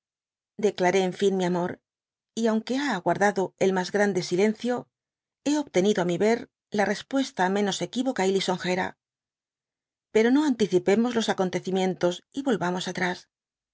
dedaré en fin mi amor y aunque ha guardado el mas grande silencio hé obtenido á mi ter la repuesta menos equivoca y liscmga pero no anticipemos los aoon tecimiatos y toitos atrás